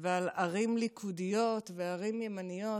ועל ערים ליכודיות וערים ימניות.